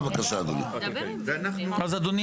אנחנו עוברים להצבעה.